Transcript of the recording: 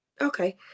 Okay